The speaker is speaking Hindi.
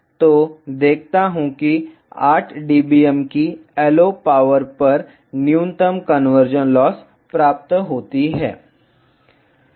मैं देखता हूं कि 8 dBm की LO पावर पर न्यूनतम कन्वर्जन लॉस प्राप्त होती है